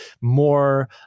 more